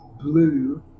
blue